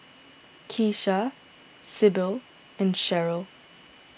Keesha Sybil and Sherryl